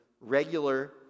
regular